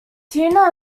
tina